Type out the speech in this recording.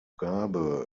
mugabe